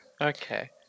Okay